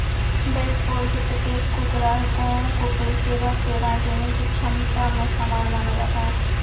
big four में प्रत्येक को ग्राहकों को पेशेवर सेवाएं देने की क्षमता में समान माना जाता है